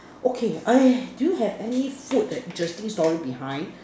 okay I do you have any food that interesting story behind